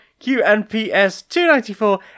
QNPS294